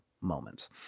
moments